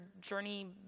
journey